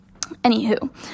anywho